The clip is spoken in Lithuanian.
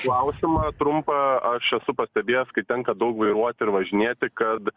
klausimą trumpą aš esu pastebėjęs kai tenka daug vairuoti ir važinėti kad